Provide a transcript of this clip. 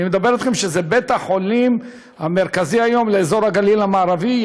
אני מדבר אתכם על בית-החולים המרכזי היום לאזור הגליל המערבי.